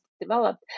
developed